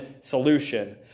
solution